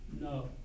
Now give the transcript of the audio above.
No